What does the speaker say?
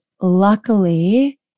luckily